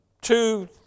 two